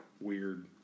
weird